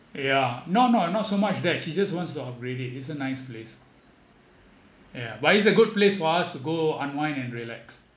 yeah no no not so much that she just wants to upgrade it it's a nice place ah yeah but it's a good place for us to go unwind and relax